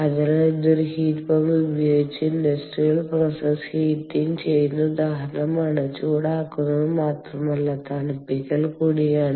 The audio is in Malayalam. അതിനാൽ ഇത് ഒരു ഹീറ്റ് പമ്പ് ഉപയോഗിച്ച് ഇൻഡസ്ട്രിയൽ പ്രോസസ്സ് ഹെറ്റിംഗ് ചെയുന്ന ഉദാഹരണമാണ് ചൂടാക്കുന്നത് മാത്രമല്ല തണുപ്പിക്കൽ കൂടിയാണ്